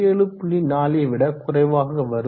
4யை விட குறைவாக வரும்